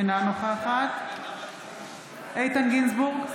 אינה נוכחת איתן גינזבורג,